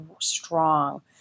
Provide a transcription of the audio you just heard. strong